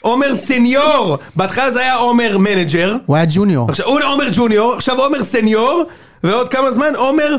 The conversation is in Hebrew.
עומר סניור בהתחלה זה היה עומר מנג'ר. הוא היה ג'וניור. עומר ג'וניור, עכשיו עומר סניור, ועוד כמה זמן עומר...